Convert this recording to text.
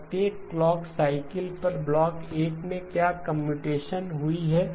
प्रत्येक clock cycle पर block 1 मे क्या कम्प्यूटेशन हुई है